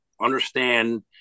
understand –